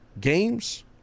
games